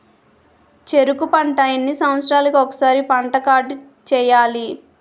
చెరుకు పంట ఎన్ని సంవత్సరాలకి ఒక్కసారి పంట కార్డ్ చెయ్యాలి?